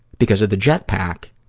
because of the jetpack,